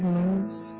moves